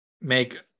make